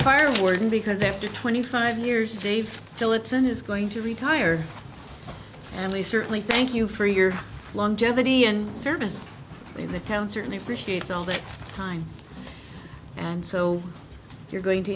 fire warden because after twenty five years dave tillotson is going to retire and we certainly thank you for your longevity and service in the town certainly appreciate all the time and so you're going to